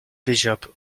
bishop